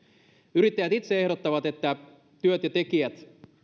yrittäjät itse ehdottavat että työt ja tekijät